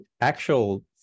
actual